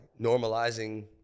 normalizing